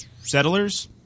Settlers